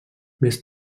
més